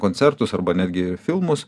koncertus arba netgi filmus